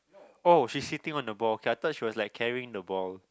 oh she's sitting on the ball okay I thought she was like carrying the ball